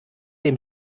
dem